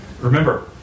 remember